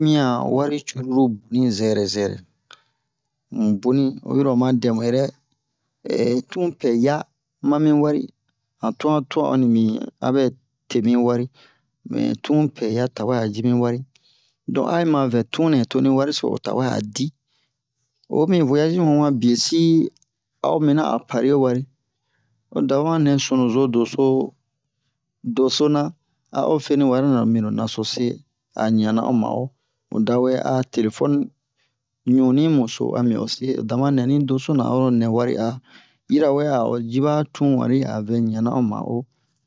dimiyan wari curulu boni zɛrɛ zɛrɛ mu boni oyiro oma dɛ mu yɛrɛ tun pɛɛ ya mami wari han tunwa twa onni abɛ te mi wari mɛ tun pɛɛ ya tawɛ a ji mi wari donk a yi ma vɛ tun nɛ toni wari so o tawɛ a di oyi mi voyazi wanwa biyesi a o miniɲan a o pari o wari o dama nɛ sunu-zo doso doso na a o fe ni wari nɛ mi-ro naso se a ɲiyanna o ma'o mu dawe a o telefɔni ɲunni-mu so o dama nɛni doso na a ho nɛ wari a yirawe a o ji ɓa tun wari a vɛ ɲiyanna o ma'o